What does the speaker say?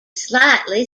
slightly